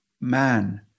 man